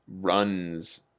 runs